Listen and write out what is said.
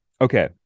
Okay